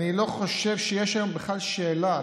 אני לא חושב שיש היום בכלל שאלה.